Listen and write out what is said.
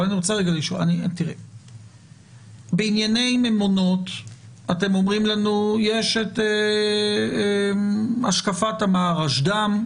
אבל אני רוצה לשאול בענייני ממונות אתם אומרים לנו את השקפת המהרשד"ם,